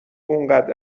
انقد